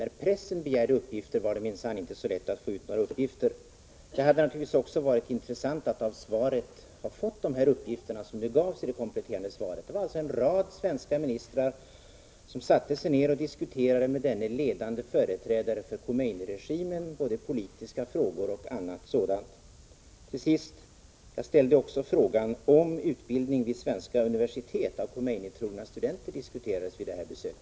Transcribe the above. När pressen begärde uppgifter var det minsann inte så lätt att få ut några uppgifter. Det hade naturligtvis också varit intressant att i svaret ha fått de uppgifter som nu gavs i det kompletterande svaret. En rad svenska ministrar satte sig alltså ned och diskuterade med denne ledande företrädare för Khomeiniregimen om både politiska frågor och annat. Till sist: Jag ställde också frågan om utbildning vid svenska universitet av Khomeini-trogna studenter diskuterades vid detta besök.